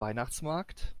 weihnachtsmarkt